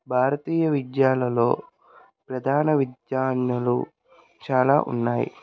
భారతీయ విద్యాలలో ప్రధాన విద్యాన్యులు చాలా ఉన్నాయి